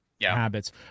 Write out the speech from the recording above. habits